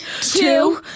two